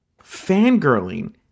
fangirling